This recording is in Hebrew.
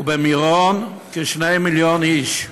ובמירון, כ-2 מיליון איש.